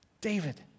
David